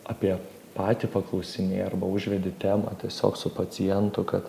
apie patį paklausinėja arba užvedi temą tiesiog su pacientu kad